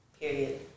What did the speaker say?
Period